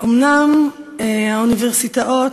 אומנם האוניברסיטאות,